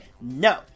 no